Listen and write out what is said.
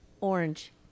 orange